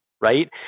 right